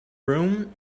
room